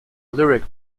lyric